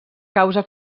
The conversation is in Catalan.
causa